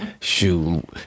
Shoot